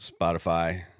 Spotify